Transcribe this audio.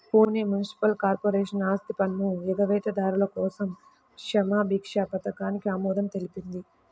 Pune municipal corporation ఆస్తిపన్ను ఎగవేతదారుల కోసం క్షమాభిక్ష పథకానికి ఆమోదం తెలిపింది